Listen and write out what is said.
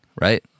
right